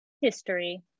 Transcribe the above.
history